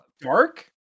dark